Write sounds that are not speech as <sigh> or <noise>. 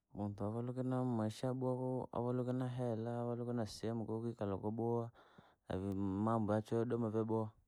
Muntu avaluke na maisha yabowa, avaluke nahela, avaluke nasehemu kovikira kwabowa, avi <hesitation> mambo yacho yodoma vyabowa.